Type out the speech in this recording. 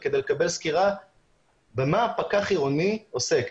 כדי לקבל סקירה במה פקח עירוני עוסק,